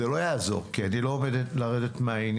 זה לא יעזור, כי אני לא עומד לרדת מהעניין.